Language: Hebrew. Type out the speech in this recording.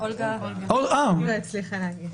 התייחסות של חברי וחברות הכנסת להצעה לפיצול,